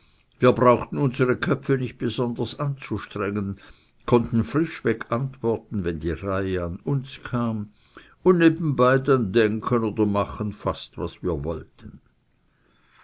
wir brauchten unsere köpfe nicht besonders anzustrengen konnten frischweg antworten wenn die reihe an uns kam und nebenbei dann denken oder machen fast was wir wollten